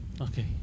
Okay